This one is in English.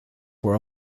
were